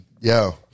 Yo